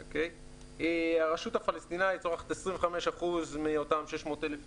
הרשות הפלסטינית צורכת 25% מאותם 600,000 טון,